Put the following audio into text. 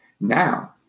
Now